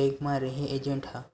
bank म रेहे agent ह